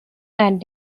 and